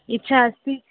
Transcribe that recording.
इच्छा अस्ति